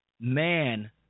man